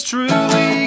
Truly